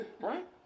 right